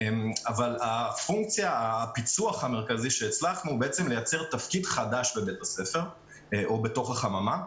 אבל הפיצוח המרכזי שהצלחנו זה לייצר תפקיד חדש בבית הספר או בתוך החממה,